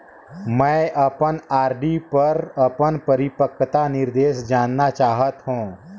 मैं अपन आर.डी पर अपन परिपक्वता निर्देश जानना चाहत हों